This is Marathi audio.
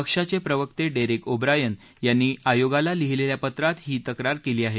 पक्षाचे प्रवक्ते डेरेक ओब्रायन यांनी आयोगाल लिहीलेल्या पत्रात ही तक्रार केली आहे